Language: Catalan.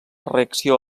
reacció